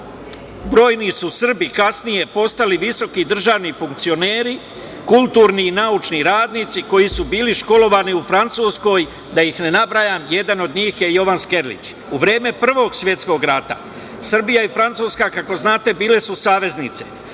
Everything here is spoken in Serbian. Brojni su Srbi kasnije postali visoki državni funkcioneri, kulturni i naučni radnici koji su bili školovani u Francuskoj, da ih ne nabrajam. Jedan od njih je Jovan Skerlić.U vreme Prvog svetskog rata Srbija i Francuska, kako znate, bile su saveznice.